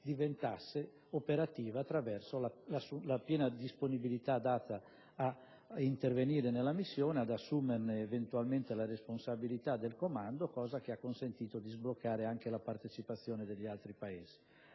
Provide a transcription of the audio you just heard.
diventasse operativa attraverso la piena disponibilità data ad intervenire nella missione, ad assumersene eventualmente la responsabilità del comando, cosa che ha consentito di sbloccare anche la partecipazione degli altri Paesi.